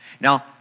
Now